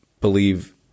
believe